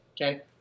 Okay